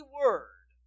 word